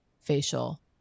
facial